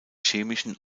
chemischen